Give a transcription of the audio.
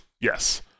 yes